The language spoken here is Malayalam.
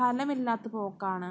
ഫലമില്ലാത്ത പോക്കാണ്